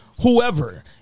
whoever